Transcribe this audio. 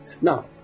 Now